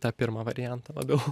tą pirmą variantą labiau